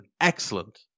excellent